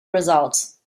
results